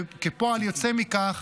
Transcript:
וכפועל יוצא מכך